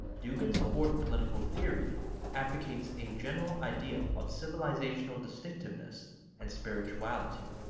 dugin's fourth political theory advocates a general idea of civilizational distinctiveness and spirituality.